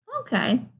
Okay